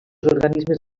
organismes